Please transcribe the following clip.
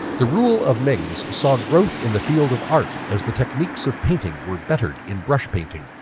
the rule of ming's saw growth in the field of art as the techniques of painting were bettered in brush painting.